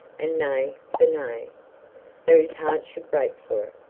and nay for nay. though his heart should break for it,